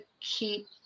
keep